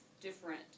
different